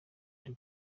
ndi